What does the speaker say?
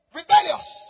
rebellious